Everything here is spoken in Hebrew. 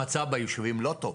המצב בישובים לא טוב.